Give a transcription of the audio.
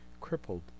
crippled